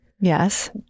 yes